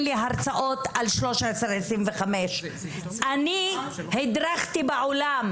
לי הרצאות על 13.25. אני הדרכתי בעולם.